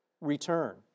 return